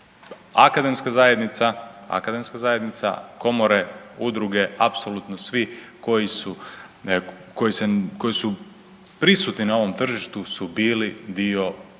akademska zajednica, komore, udruge apsolutno svi koji se, koji su prisutni na ovom tržištu su bili dio radne